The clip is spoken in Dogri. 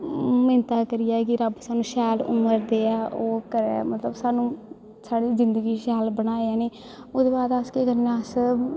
मिन्नतां करियै के रब्ब सानूं शैल उमर देऐ ओह् करै मतलब सानूं साढ़ी जिंदगी शैल बनाए है नी ओहदे बाद अस केह् करने अस